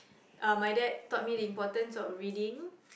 uh my dad taught me the importance of reading